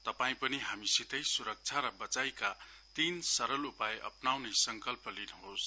तपाईं पनि हामीसितै सुरक्षा र बचाईका तीन सरल उपाय अप्नाउने संकल्प गर्नुहोस